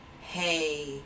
hey